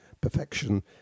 perfection